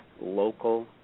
local